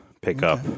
pickup